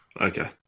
Okay